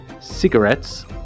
cigarettes